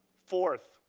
fourth,